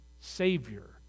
Savior